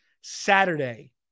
Saturday